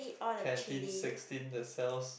canteen sixteen that sells